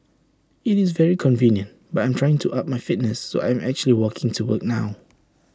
IT is very convenient but I'm trying to up my fitness so I'm actually walking to work now